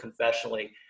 confessionally